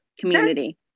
community